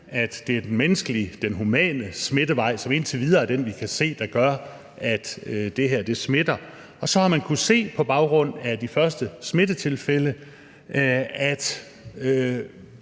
at det er den menneskelige, den humane, smittevej, som vi indtil videre kan se er den, der gør, at det her smitter. Og så har man kunnet se på baggrund af de første smittetilfælde, at